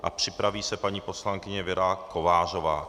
A připraví se paní poslankyně Věra Kovářová.